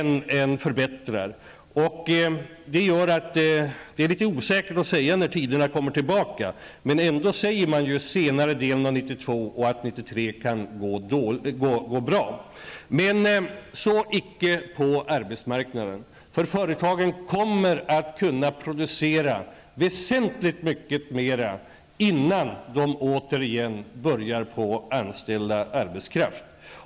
Det gör att det är litet osäkert när de goda tiderna kommer tillbaka, men man säger att det kan inträffa under senare delen av år 1992 och att det kan gå bra år 1993. f300 > Men så icke på arbetsmarknaden. Företagen kommer att kunna producera väsentligt mycket mera innan de återigen behöver anställa arbetskraft.